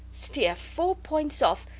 steer four points off.